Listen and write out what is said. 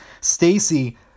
Stacy